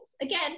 Again